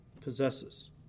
possesses